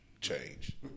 change